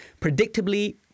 predictably